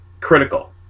critical